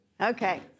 Okay